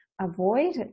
avoid